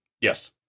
yes